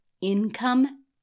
income